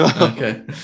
Okay